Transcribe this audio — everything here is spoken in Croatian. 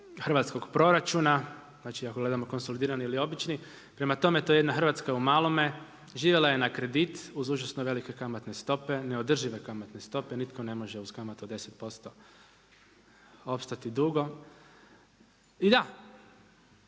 hrvatskog proračuna, znači ako gledamo konsolidirani ili obični, prema tome to je jedna Hrvatska u malome, živjela je na kredit, uz užasno velike kamatne stope, neodržive kamatne stope, nitko ne može uz kamatu od 10% opstati dugo. I da,